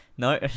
No